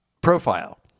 profile